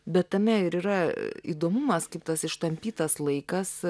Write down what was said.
bet tame ir yra įdomumas kaip tas ištampytas laikas